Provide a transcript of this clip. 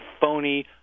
phony